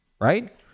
right